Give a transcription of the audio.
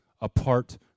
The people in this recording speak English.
apart